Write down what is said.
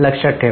लक्षात ठेवा